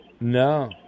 No